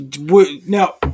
Now